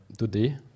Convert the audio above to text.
Today